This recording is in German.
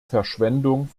verschwendung